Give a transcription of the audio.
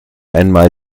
einmal